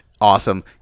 Awesome